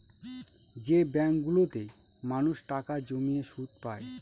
যে ব্যাঙ্কগুলোতে মানুষ টাকা জমিয়ে সুদ পায়